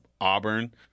Auburn